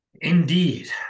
indeed